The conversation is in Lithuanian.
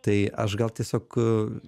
tai aš gal tiesiog